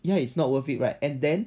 ya it's not worth it right and then